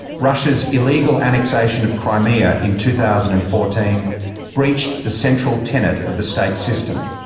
russia's illegal annexation of crimea in two thousand and fourteen breached the central tenet of the state system.